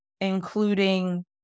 including